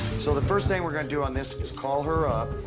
so the first thing we're going to do on this is call her up.